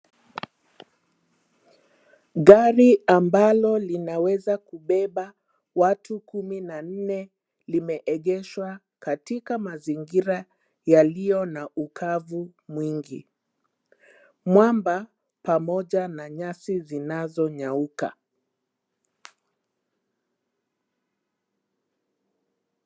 Gari ambalo linaweza kubeba watu kumi na nne limeegeshwa katika mazingira yaliyo na ukavu mwingi, mwamba pamoja na nyasi zinazonyauka.